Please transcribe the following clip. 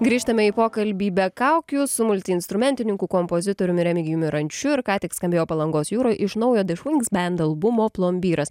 grįžtame į pokalbį be kaukių su multiinstrumentininku kompozitoriumi remigijumi rančiu ir ką tik skambėjo palangos jūroj iš naujo the schwings band albumo plombyras